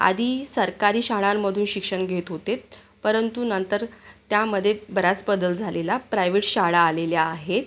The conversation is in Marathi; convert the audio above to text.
आधी सरकारी शाळांमधून शिक्षण घेत होते परंतु नंतर त्यामध्ये बराच बदल झालेला प्रायवेट शाळा आलेल्या आहेत